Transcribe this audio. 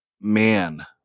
man